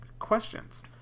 questions